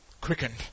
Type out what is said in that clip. Quickened